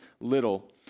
little